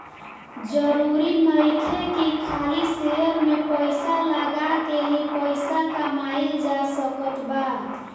जरुरी नइखे की खाली शेयर में पइसा लगा के ही पइसा कमाइल जा सकत बा